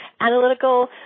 analytical